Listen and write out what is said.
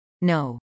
No